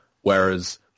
whereas